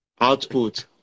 Output